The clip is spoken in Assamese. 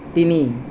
তিনি